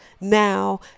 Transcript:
Now